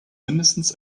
mindestens